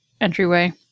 entryway